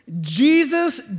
Jesus